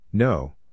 No